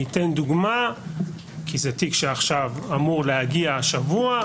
ניתן דוגמה כי זה תיק שעכשיו אמור להגיע השבוע.